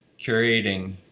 curating